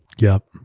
yup.